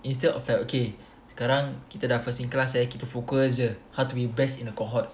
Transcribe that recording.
instead of the okay sekarang kita dah first in class eh kita focus jer how to be best in the cohort